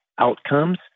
outcomes